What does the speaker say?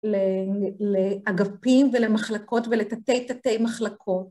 לאגפים ולמחלקות ולתתי תתי מחלקות.